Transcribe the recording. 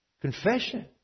confession